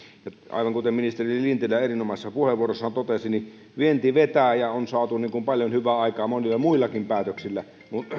aivan kuten ministeri lintilä erinomaisessa puheenvuorossaan totesi niin vienti vetää ja on saatu paljon hyvää aikaan monilla muillakin päätöksillä mutta